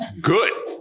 Good